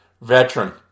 Veteran